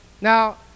Now